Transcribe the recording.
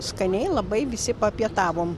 skaniai labai visi papietavom